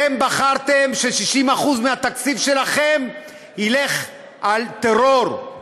אתם בחרתם ש-60% מהתקציב שלכם ילך על טרור.